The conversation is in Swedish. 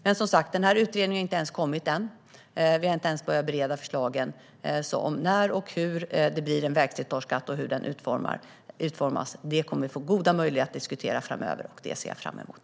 Men, som sagt, utredningen har inte ens kommit än. Vi har inte ens börjat att bereda förslagen. När och hur det blir en vägslitageskatt och hur den utformas kommer vi att få goda möjligheter att diskutera framöver, och det ser jag fram emot.